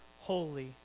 holy